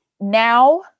Now